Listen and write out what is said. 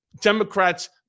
Democrats